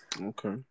Okay